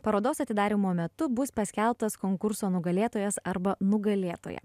parodos atidarymo metu bus paskelbtas konkurso nugalėtojas arba nugalėtoja